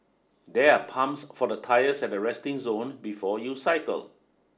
there are pumps for the ties at the resting zone before you cycle